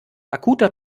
akuter